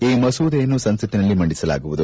ಈ ಮಸೂದೆಯನ್ನು ಸಂಸ್ಕಿನಲ್ಲಿ ಮಂಡಿಸಲಾಗುವುದೆ